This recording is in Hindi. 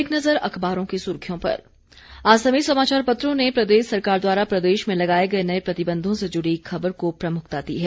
एक नजर अखबारों की सुर्खियों पर आज सभी समाचार पत्रों ने प्रदेश सरकार द्वारा प्रदेश में लगाये गए नए प्रतिबंधों से जुड़ी खबर को प्रमुखता दी है